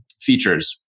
features